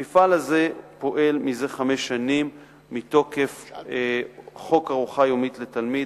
המפעל הזה פועל מזה חמש שנים מתוקף חוק ארוחה יומית לתלמיד,